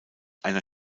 einer